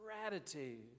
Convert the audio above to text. gratitude